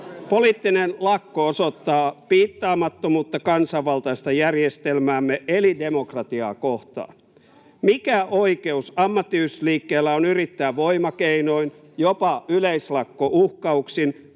Poliittinen lakko osoittaa piittaamattomuutta kansanvaltaista järjestelmäämme eli demokratiaa kohtaan. Mikä oikeus ammattiyhdistysliikkeellä on yrittää voimakeinoin, jopa yleislakkouhkauksin,